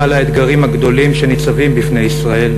על האתגרים הגדולים שניצבים בפני ישראל,